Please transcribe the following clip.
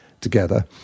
together